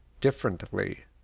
differently